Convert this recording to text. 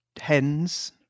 hens